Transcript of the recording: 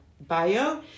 bio